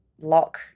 lock